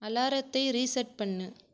அலாரத்தை ரீசெட் பண்ணு